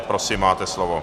Prosím, máte slovo.